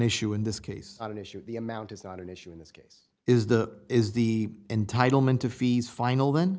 issue in this case not an issue of the amount is not an issue in this case is the is the entitlement to fees final then